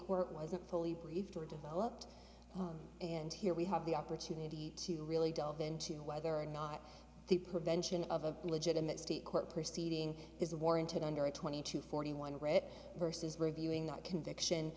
court wasn't fully briefed or developed and here we have the opportunity to really delve into whether or not the prevention of a legitimate state court proceeding is warranted under a twenty two forty one writ versus reviewing that conviction